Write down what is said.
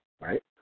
right